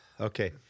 Okay